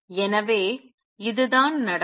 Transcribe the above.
எனவே இதுதான் நடக்கும்